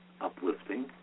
uplifting